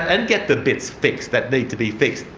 and get the bits fixed that need to be fixed,